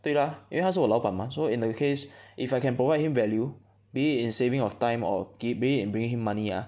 对 lah 因为他是我老板 mah so in that case if I can provide him value be it in saving of time or 给 bringing and bring him money ah